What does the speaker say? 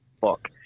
fuck